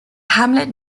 hamlet